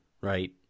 right